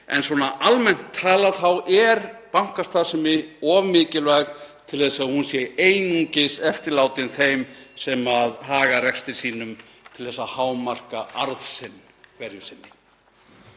En svona almennt talað er bankastarfsemi of mikilvæg til þess að hún sé einungis eftirlátin þeim sem haga rekstri sínum til að hámarka arð sinn hverju sinni.